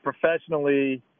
professionally